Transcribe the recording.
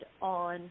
on